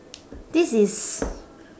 this is